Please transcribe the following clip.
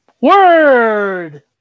Word